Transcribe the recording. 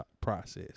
process